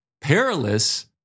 perilous